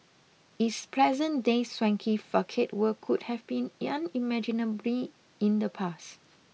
its present day swanky facade would could have been unimaginably in the past